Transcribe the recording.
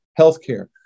healthcare